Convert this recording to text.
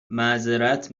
معظرت